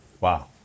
Wow